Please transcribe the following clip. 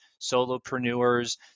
solopreneurs